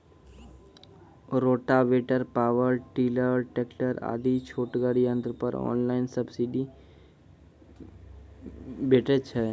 Rotavator, power tiller, tractor आदि छोटगर यंत्र पर ऑनलाइन सब्सिडी भेटैत छै?